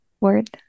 word